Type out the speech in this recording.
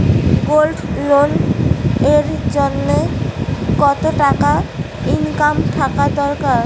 Gold loan এর জইন্যে কতো টাকা ইনকাম থাকা দরকার?